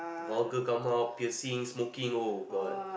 vulgar come out piercing smoking oh god